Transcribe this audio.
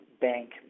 bank